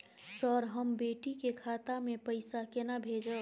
Sir, हम बेटी के खाता मे पैसा केना भेजब?